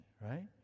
right